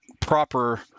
proper